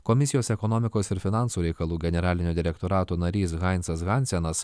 komisijos ekonomikos ir finansų reikalų generalinio direktorato narys hansas hansenas